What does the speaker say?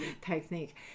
technique